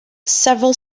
several